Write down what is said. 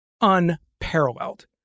unparalleled